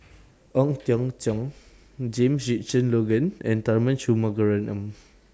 Ong Teng Cheong James Richardson Logan and Tharman Shanmugaratnam